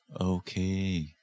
Okay